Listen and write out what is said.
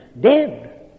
Dead